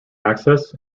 access